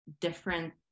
different